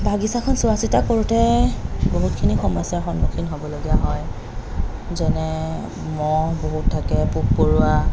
বাগিছাখন চোৱা চিতা কৰোঁতে বহুতখিনি সমস্য়াৰ সন্মুখীন হ'বলগীয়া হয় যেনে ম'হ বহুত থাকে পোক পৰুৱা